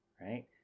right